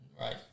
Right